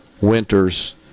winters